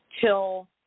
till